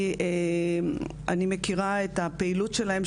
אני מכירה את הפעילות שלהם,